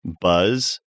buzz